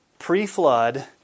pre-flood